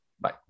Bye